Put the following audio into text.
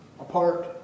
Apart